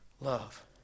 Love